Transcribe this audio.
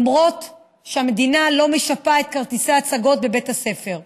למרות שהמדינה לא משפה את כרטיסי ההצגות בבית הספר.